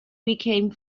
became